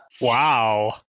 Wow